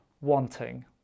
wanting